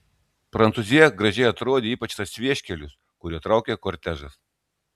prancūzija gražiai atrodė ypač tas vieškelis kuriuo traukė kortežas